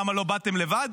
למה לא באתם לבד,